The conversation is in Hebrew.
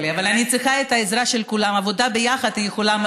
שגם תעבירי את זה באופן ישיר לשר האוצר.